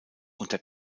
unter